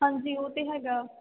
ਹਾਂਜੀ ਉਹ ਤਾਂ ਹੈਗਾ